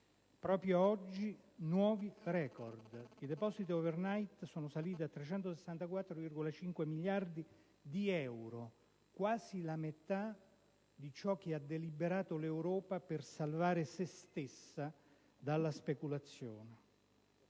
registrano nuovi record: i depositi *overnight* sono saliti a 364,5 miliardi di euro, quasi la metà di ciò che ha deliberato l'Europa per salvare se stessa dalla speculazione,